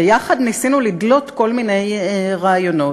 ויחד ניסינו לדלות כל מיני רעיונות.